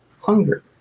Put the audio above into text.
hunger